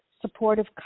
supportive